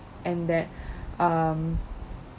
and that um